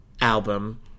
album